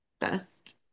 best